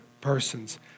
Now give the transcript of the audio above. persons